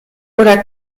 oder